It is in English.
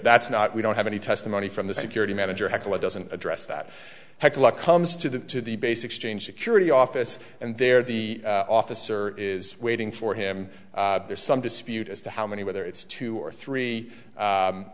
that's not we don't have any testimony from the security manager haeckel it doesn't address that heckler comes to the to the base exchange security office and there the officer is waiting for him there's some dispute as to how many whether it's two or three